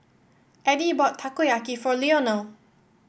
Addie bought Takoyaki for Leonel